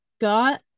got